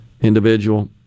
individual